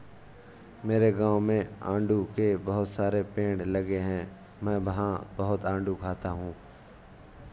मेरे गाँव में आड़ू के बहुत सारे पेड़ लगे हैं मैं वहां बहुत आडू खाता हूँ